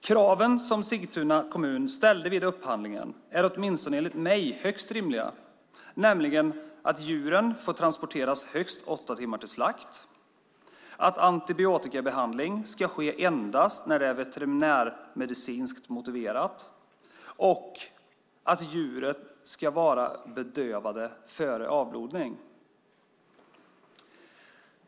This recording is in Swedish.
Kraven som Sigtuna kommun ställde vid upphandlingen är åtminstone enligt mig högst rimliga, nämligen att djuren får transporteras högst åtta timmar till slakt, att antibiotikabehandling ska ske endast när det är veterinärmedicinskt motiverat och att djuren ska vara bedövade före avblodning.